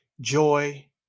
joy